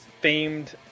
famed